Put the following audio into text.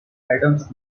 adams